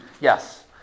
Yes